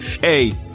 Hey